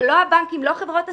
אלה לא הבנקים ולא חברות הסליקה.